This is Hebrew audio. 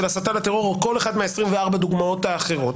הסתה לטרור או כל אחת מ-24 הדוגמאות האחרות,